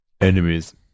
Enemies